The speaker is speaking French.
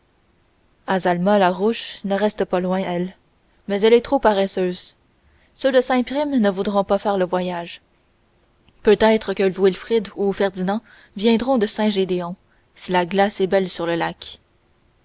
azalma farouche ne reste pas loin elle mais elle est trop paresseuse ceux de saint prime ne voudront pas faire le voyage peut-être que wilfrid ou ferdinand viendront de saint gédéon si la glace est belle sur le lac